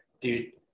Dude